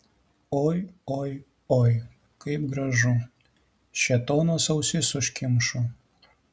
oi oi oi kaip gražu šėtonas ausis užkimšo